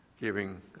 giving